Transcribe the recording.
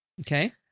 Okay